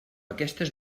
aquestes